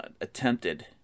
attempted